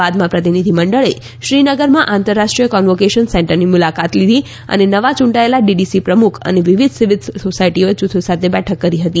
બાદમાં પ્રતિનિધિ મંડળે શ્રીનગરમાં આંતરરાષ્ટ્રીય કોન્વોકેશન સેન્ટરની મુલાકાત લીધી અને નવા ચૂંટાયેલા ડીડીસી પ્રમુખ અને વિવિધ સિવિલ સોસાયટી જૂથો સાથે બેઠક કરી હતી